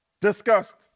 discussed